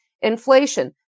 inflation